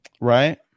right